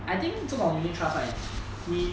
I think 这种 unit trust right 你